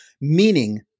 meaning